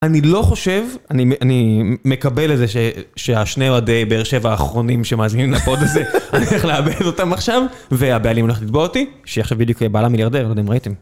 אני לא חושב, אני מקבל את זה שהשני אוהדי באר שבע האחרונים שמאזינים לפוד הזה, אני הולך לאבד אותם עכשיו, והבעלים הולך לתבוע אותי, שעכשיו בדיוק בעלה מיליארדר, אני לא יודע אם ראיתם...